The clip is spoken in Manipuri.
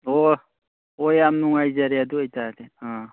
ꯑꯣ ꯑꯣ ꯌꯥꯝ ꯅꯨꯡꯉꯥꯏꯖꯔꯦ ꯑꯗꯨ ꯑꯣꯏꯇꯔꯗꯤ ꯑꯥ